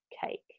cake